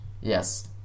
Yes